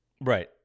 Right